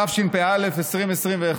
התשפ"א 2021,